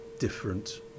different